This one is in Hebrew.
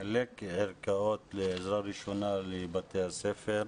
ערכות עזרה ראשונה לבתי הספר,